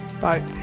Bye